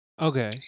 okay